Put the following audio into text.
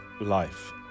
life